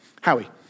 Howie